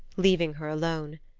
leaving her alone.